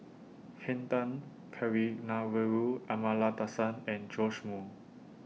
Henn Tan Kavignareru Amallathasan and Joash Moo